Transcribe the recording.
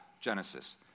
Genesis